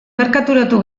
merkaturatu